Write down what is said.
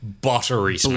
buttery